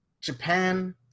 Japan